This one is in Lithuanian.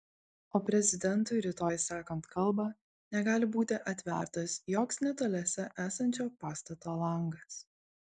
o prezidentui rytoj sakant kalbą negali būti atvertas joks netoliese esančio pastato langas